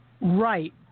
Right